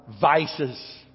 vices